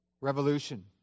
revolution